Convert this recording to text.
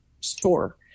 store